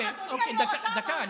לא, הוא אמר, אדוני היו"ר,